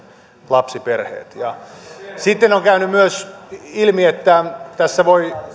lapsiperheet sitten on käynyt myös ilmi että tässä voi